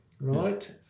right